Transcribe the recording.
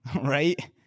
Right